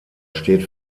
steht